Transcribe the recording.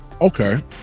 Okay